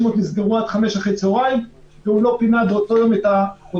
נסגרות עד חמש אחר הצוהריים והוא לא פינה באותו יום את החולים.